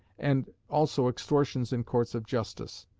and also extortions in courts of justice.